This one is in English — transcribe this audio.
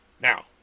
Now